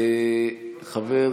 חבר